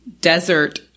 desert